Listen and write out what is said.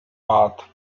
bath